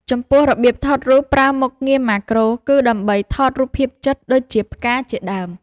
ចំពោះរបៀបថតរូបប្រើមុខងារម៉ាក្រូ គឺដើម្បីថតរូបភាពជិត ដូចជាផ្កាជាដើម។